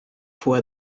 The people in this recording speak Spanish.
fue